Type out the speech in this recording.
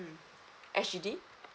mm S_G_D